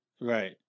Right